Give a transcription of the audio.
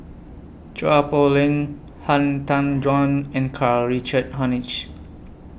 Chua Poh Leng Han Tan Juan and Karl Richard Hanitsch